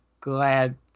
glad